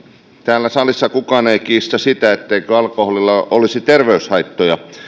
täällä salissa kukaan ei kiistä sitä etteikö alkoholilla olisi terveyshaittoja